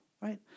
right